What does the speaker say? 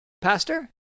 Pastor